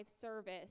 service